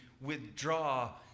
withdraw